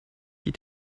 die